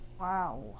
Wow